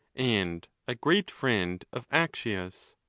and a great friend of accius.